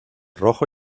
rojo